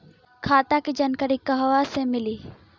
खाता के जानकारी कहवा से मिली?